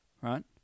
right